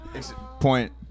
Point